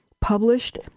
published